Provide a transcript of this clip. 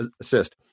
assist